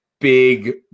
Big